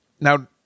Now